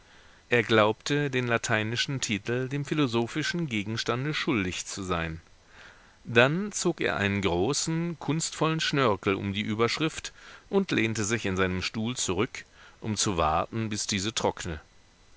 er glaubte den lateinischen titel dem philosophischen gegenstande schuldig zu sein dann zog er einen großen kunstvollen schnörkel um die überschrift und lehnte sich in seinen stuhl zurück um zu warten bis diese trockne